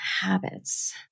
habits